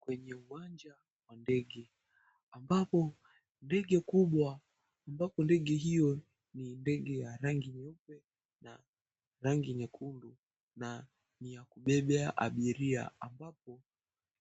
Kwenye uwanja wa ndege ambapo ndege kubwa ambapo ndege hiyo ni ndege ya rangi nyeupe na rangi nyekundu na ya kubebea abiria ambapo